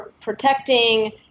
protecting